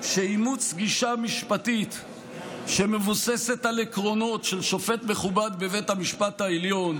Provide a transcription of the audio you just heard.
שאימוץ גישה משפטית שמבוססת על עקרונות של שופט מכובד בבית משפט העליון,